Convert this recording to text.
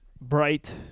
bright